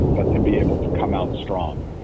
but to be able to come out strong.